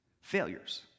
failures